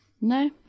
No